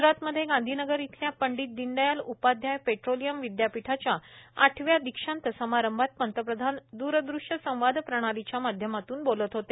ग्जरातमध्ये गांधीनगर इथल्या पंडित दीनदयाळ उपाध्याय पेट्रोलियम विद्यापीठाच्या आठव्या दीक्षांत समारंभात पंतप्रधान दूरदृश्य संवाद प्रणालीच्या माध्यमातून बोलत होते